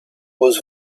was